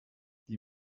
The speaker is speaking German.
die